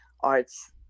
arts